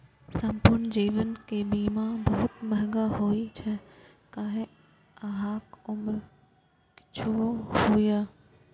संपूर्ण जीवन के बीमा बहुत महग होइ छै, खाहे अहांक उम्र किछुओ हुअय